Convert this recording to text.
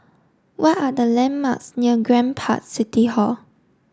what are the landmarks near Grand Park City Hall